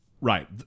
Right